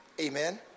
Amen